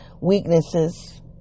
weaknesses